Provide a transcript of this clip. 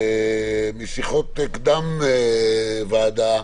משיחות קדם ועדה,